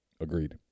Agreed